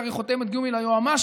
זה הרי חותמת גומי ליועמ"שים,